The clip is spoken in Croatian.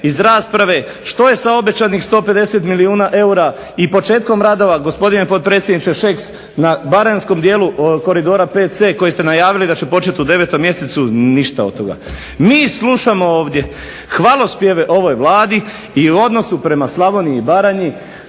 iz rasprave što je sa obećanih 150 milijuna eura i početkom radova, gospodine potpredsjedniče Šeks, na Baranjskom dijelu Koridora VC koji ste najavili da će početi u 9 mjesecu? Ništa od toga. Mi slušamo ovdje hvalospjeve ovoj Vladi i o odnosu prema Slavoniji i Baranji.